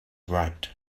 right